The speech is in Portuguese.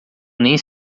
nem